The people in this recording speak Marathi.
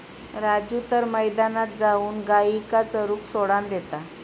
राजू तर मैदानात जाऊन गायींका चरूक सोडान देता